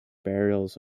burials